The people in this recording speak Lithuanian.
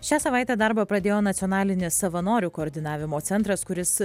šią savaitę darbą pradėjo nacionalinis savanorių koordinavimo centras kuris